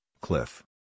cliff